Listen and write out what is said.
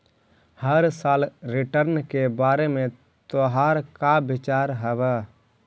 हर साल रिटर्न के बारे में तोहर का विचार हवऽ?